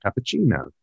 cappuccino